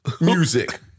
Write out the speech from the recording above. music